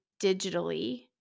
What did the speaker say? digitally